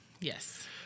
Yes